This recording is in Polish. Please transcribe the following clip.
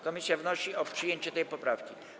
Komisja wnosi o przyjęcie tej poprawki.